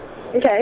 Okay